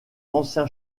ancien